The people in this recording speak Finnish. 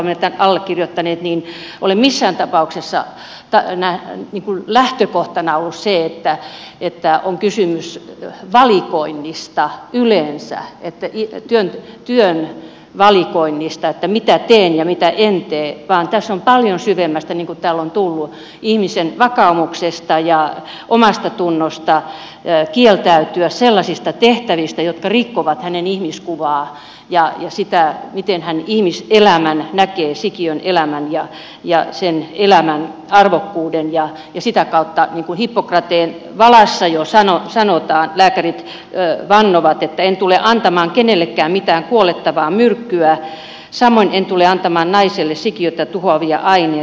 meillä jotka olemme tämän lakialoitteen allekirjoittaneet ei ole missään tapauksessa ollut lähtökohtana se että on kysymys valikoinnista yleensä työn valikoinnista mitä teen ja mitä en tee vaan tässä on kyse paljon syvemmästä niin kuin täällä on tullut ihmisen vakaumuksesta ja omastatunnosta kieltäytyä sellaisista tehtävistä jotka rikkovat hänen ihmiskuvaansa ja sitä miten hän ihmiselämän näkee sikiön elämän ja sen elämän arvokkuuden ja sitä kautta niin kuin hippokrateen valassa jo sanotaan lääkärit vannovat että en tule antamaan kenellekään mitään kuolettavaa myrkkyä samoin en tule antamaan naiselle sikiötä tuhoavia aineita